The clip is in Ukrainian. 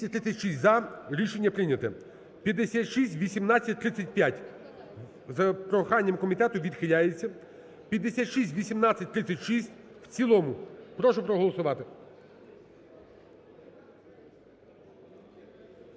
За-236 Рішення прийняте. 5618-35 за проханням комітету відхиляється. 5618-36 в цілому. Прошу проголосувати.